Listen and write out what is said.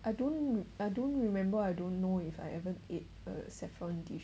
I don't I don't remember I don't know if I ever ate a saffron dish